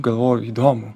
galvoju įdomu